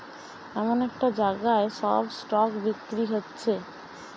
এমন একটা জাগায় সব স্টক বিক্রি হচ্ছে